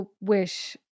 wish